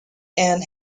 and